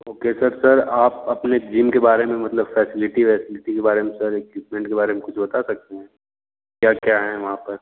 okay sir sir आप अपने gym के बारे में मतलब फैसिलिटी वैसीलिटी के बारे में सर इक्विपमेंट के बारे में कुछ बता सकते हैं क्या क्या हैं वहाँ पर